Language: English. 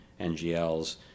NGLs